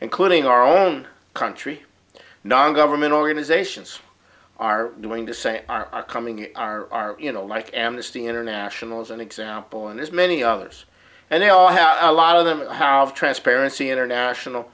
including our own country non government organizations are doing to say are coming are you know like amnesty international is an example and there's many others and they all have a lot of them and how transparency international